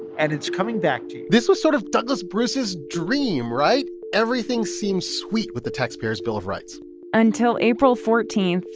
and it's coming back to you this was sort of douglas bruce's dream, right? everything seems sweet with the taxpayer's bill of rights until april fourteen,